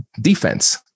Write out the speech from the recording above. defense